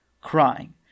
crying